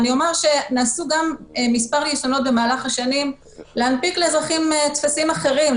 במהלך השנים באמת נעשו מספר ניסיונות להנפיק לאזרחים טפסים אחרים.